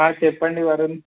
ఆ చెప్పండి వరుణ్